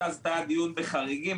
הדיון בחריגים,